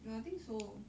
ya I think so